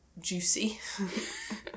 juicy